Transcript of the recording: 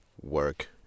work